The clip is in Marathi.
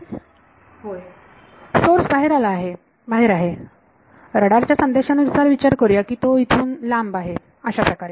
विद्यार्थी होय सोर्स बाहेर आहे रडार च्या संदेशानुसार विचार करूया की तो इथून लांब आहे अशाप्रकारे